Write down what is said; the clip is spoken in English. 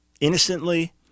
Innocently